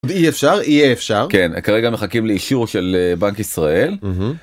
ואי אפשר, יהיה אפשר, כן כרגע מחכים לאישור של בנק ישראל.